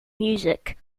music